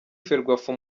ferwafa